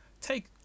take